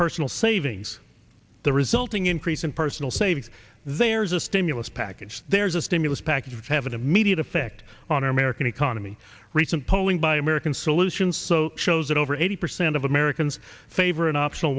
personal savings the resulting increase in personal savings there's a stimulus package there's a stimulus package which have an immediate effect on our american economy recent polling by american solutions so shows that over eighty percent of americans favor an optional